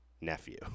nephew